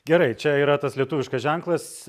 gerai čia yra tas lietuviškas ženklas